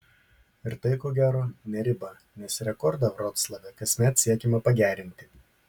ir tai ko gero ne riba nes rekordą vroclave kasmet siekiama pagerinti